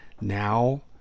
now